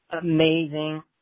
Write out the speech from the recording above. amazing